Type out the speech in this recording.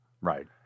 Right